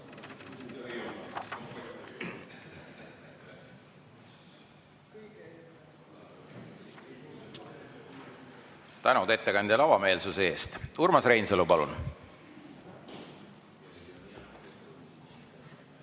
tänu ettekandjale avameelsuse eest! Urmas Reinsalu, palun!